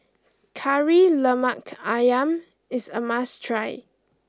Kari Lemak Ayam is a must try